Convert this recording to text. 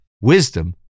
Wisdom